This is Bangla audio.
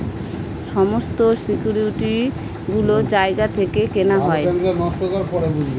সমস্ত সিকিউরিটি গুলো জায়গা থেকে কেনা হয়